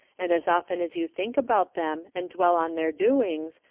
and as often as you think about them, and dwell on their doings,